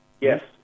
yes